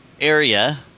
area